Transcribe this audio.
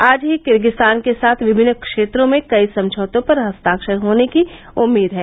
आज ही किर्गिस्तान के साथ विभिन्न क्षेत्रों में कई समझौतों पर हस्ताक्षर होने की उम्मीद है